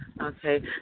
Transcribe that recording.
okay